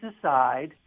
aside